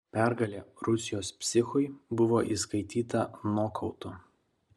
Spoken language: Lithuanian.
pergalė rusijos psichui buvo įskaityta nokautu